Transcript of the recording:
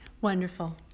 Wonderful